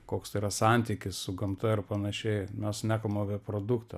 koks tai yra santykis su gamta ir panašiai mes nekalbam apie produktą